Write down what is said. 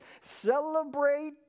celebrate